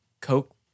Coke